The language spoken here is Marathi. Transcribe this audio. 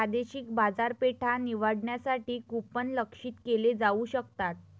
प्रादेशिक बाजारपेठा निवडण्यासाठी कूपन लक्ष्यित केले जाऊ शकतात